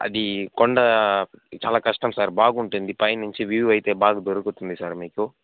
అది కొండ చాలా కష్టం సార్ బాగుంటుంది పైనుంచి వ్యూ అయితే బాగా దొరుకుతుంది సార్ మీకు